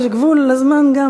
יש גבול גם לזמן.